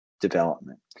development